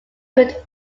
could